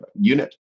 unit